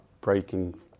breaking